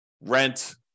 rent